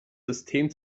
system